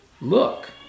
look